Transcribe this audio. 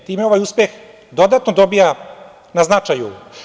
Time ovaj uspeh dodatno dobija na značaju.